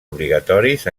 obligatoris